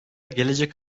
gelecek